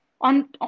On